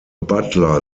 butler